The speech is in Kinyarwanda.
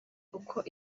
uko